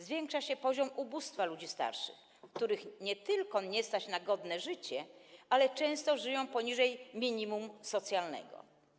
Zwiększa się poziom ubóstwa ludzi starszych, których nie tylko nie stać na godne życie, ale którzy także często żyją poniżej minimum socjalnego.